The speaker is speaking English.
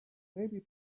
maybe